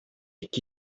chi